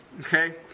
Okay